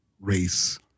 race